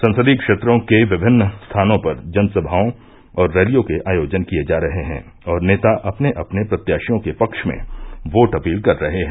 संसदीय क्षेत्रों के विभिन्न स्थानों पर जनसभाओं और रैलियों के आयोजन किये जा रहे हैं और नेता अपने अपने प्रत्याषियों के पक्ष में वोट अपील कर रहे हैं